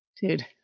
dude